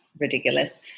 ridiculous